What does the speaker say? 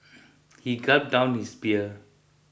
he gulped down his beer